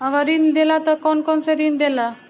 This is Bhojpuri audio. अगर ऋण देला त कौन कौन से ऋण देला?